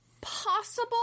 possible